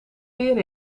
leren